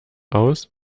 aus